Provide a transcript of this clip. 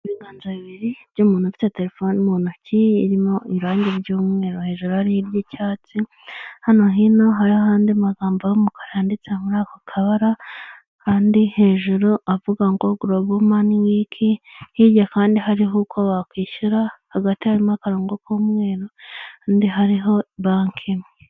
Ibiganza bibiri by'umuntu ufite telefone mu ntoki irimo iranngi ry'umweru hejuru ari ry'icyatsi, hano hino hari'ahandi magambo y'umukara yanditse muri ako kabara, hari andi hejuru avuga ngo gorobo mani wiki, hirya kandi hariho uko wakwishyura hagati harimo akarongo k'umweru hariho banki.